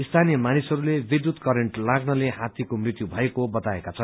स्थानीय मानिसहरूले विद्युत करेन्ट लाग्नाले हाथीको मृत्यु भएको बताएका छन्